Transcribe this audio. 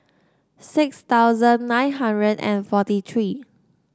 six thousand nine hundred and forty three